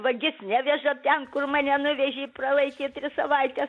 vagis neveža ten kur mane nuvežė pralaikė tris savaites